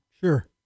Sure